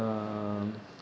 uh